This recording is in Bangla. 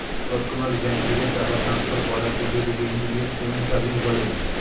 তৎক্ষণাৎ ব্যাঙ্ক থেকে টাকা ট্রান্সফার করার পদ্ধতিকে ইমিডিয়েট পেমেন্ট সার্ভিস বলে